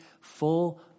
full